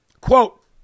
Quote